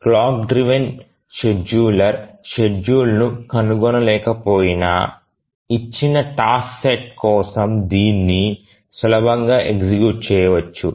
clock driven scheduler షెడ్యూల్ను కనుగొనలేకపోయినా ఇచ్చిన టాస్క్ సెట్ కోసం దీన్ని సులభంగా ఎగ్జిక్యూట్ చేయవచ్చు